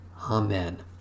Amen